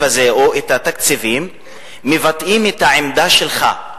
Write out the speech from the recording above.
הזה או את התקציבים מבטאים את העמדה שלך,